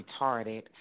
retarded